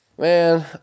Man